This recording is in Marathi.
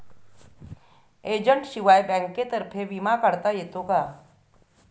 एजंटशिवाय बँकेतर्फे विमा काढता येतो का?